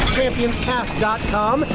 championscast.com